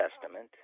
Testament